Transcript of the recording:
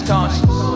Conscious